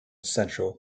central